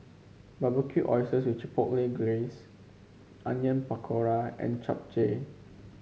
Barbecued Oysters with Chipotle Glaze Onion Pakora and Japchae